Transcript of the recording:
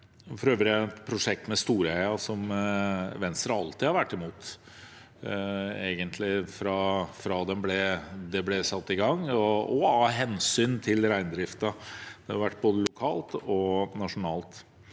for øvrig om et prosjekt, Storheia, som Venstre egentlig alltid har vært imot fra det ble satt i gang, av hensyn til reindriften. Det har vært både lokalt og nasjonalt.